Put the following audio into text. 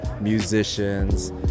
musicians